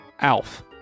Alf